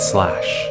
Slash